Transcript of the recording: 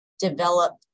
develop